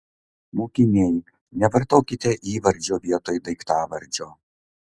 mokiniai nevartokite įvardžio vietoj daiktavardžio